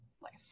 life